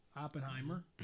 Oppenheimer